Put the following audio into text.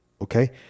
okay